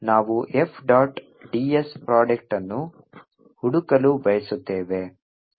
ಆದ್ದರಿಂದ ನಾವು f dot ds ಪ್ರಾಡಕ್ಟ್ಅನ್ನು ಹುಡುಕಲು ಬಯಸುತ್ತೇವೆ